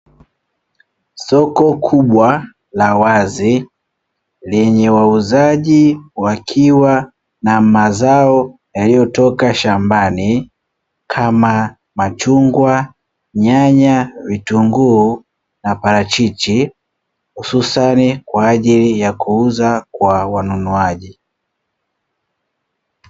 Soko kubwa la wazi lenye wauzaji wakiwa na mazao yaliyotoka shambani kama machungwa, nyanya, vitunguu na parachichi hususani kwa ajili ya kuuza kwa wanunuaji.